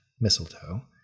mistletoe